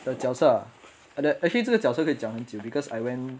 the 脚车啊 and the actually 这个脚车可以讲很久 because I went